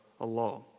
allah